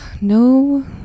no